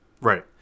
Right